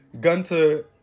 Gunter